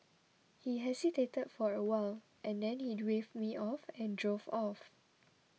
he hesitated for a while and then he waved me off and drove off